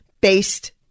based